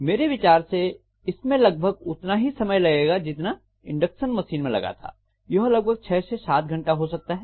मेरे विचार से इसमें लगभग उतना ही समय लगेगा जितना इंडक्शन मशीन में लगा था यह लगभग 6 से 7 घंटा हो सकता है